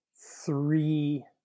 three